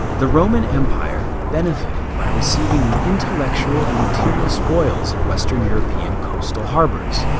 the roman empire benefited by receiving the intellectual and material spoils of western european coastal harbors,